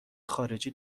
خارجی